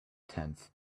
tenth